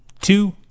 two